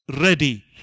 ready